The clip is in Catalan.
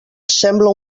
sembla